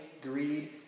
greed